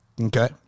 Okay